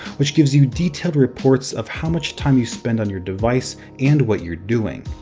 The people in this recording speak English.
which gives you detailed reports of how much time you spend on your device, and what you're doing.